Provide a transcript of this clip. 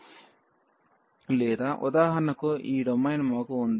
లేదా ఉదాహరణకు ఈ డొమైన్ మాకు ఉంది